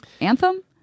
anthem